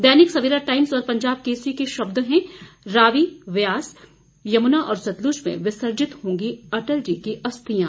दैनिक Savera Times और पंजाब केसरी के शब्द हैं रावी ब्यास यमुना और सतलुज में विसर्जित होंगी अटल जी की अस्थियाँ